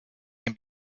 can